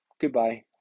Goodbye